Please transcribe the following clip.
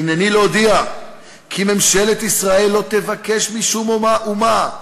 "הנני להודיע כי ממשלת ישראל לא תבקש משום אומה,